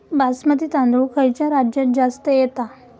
बासमती तांदूळ खयच्या राज्यात जास्त येता?